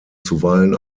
zuweilen